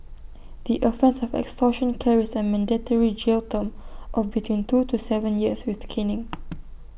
the offence of extortion carries A mandatory jail term of between two to Seven years with caning